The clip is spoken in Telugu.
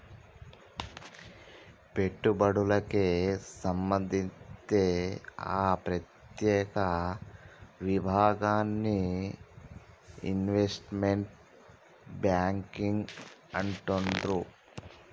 పెట్టుబడులకే సంబంధిత్తే ఆ ప్రత్యేక విభాగాన్ని ఇన్వెస్ట్మెంట్ బ్యేంకింగ్ అంటుండ్రు